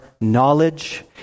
knowledge